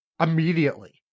immediately